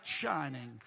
shining